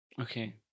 Okay